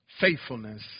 Faithfulness